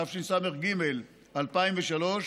התשס"ג 2003,